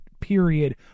period